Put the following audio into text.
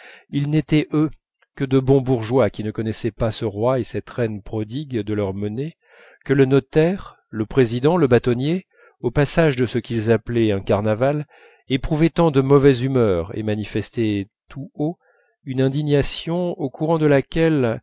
ils n'étaient eux que de bons bourgeois qui ne connaissaient pas ce roi et cette reine prodigues de leur monnaie que le notaire le président le bâtonnier au passage de ce qu'ils appelaient un carnaval éprouvaient tant de mauvaise humeur et manifestaient tout haut une indignation au courant de laquelle